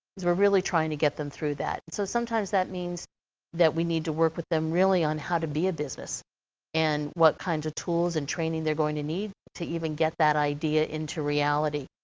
we're really trying to get them through that. so sometimes that means that we need to work with them really on how to be a business and what kinds of tools and training they're going to need to even get that idea idea into reality.